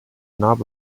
knob